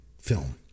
film